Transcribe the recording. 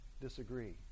disagree